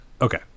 okay